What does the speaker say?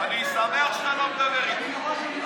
אני שמח שאתה לא מדבר איתי,